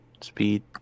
speed